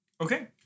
Okay